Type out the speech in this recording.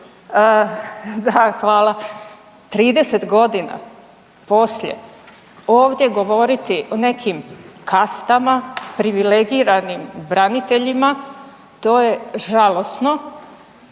Da hvala, 30 godina poslije ovdje govoriti o nekim kastama, privilegiranim braniteljima to je žalosno.